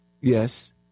Yes